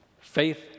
faith